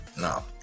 No